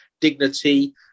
dignity